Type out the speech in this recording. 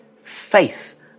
faith